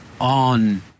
on